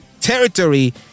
territory